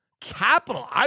Capital